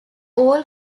all